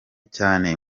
cyane